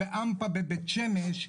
ב"אמפא" בבית שמש,